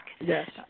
Yes